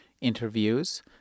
interviews